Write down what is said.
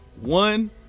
one